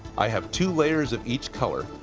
i have two layers of each color.